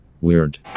Weird